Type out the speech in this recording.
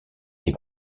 les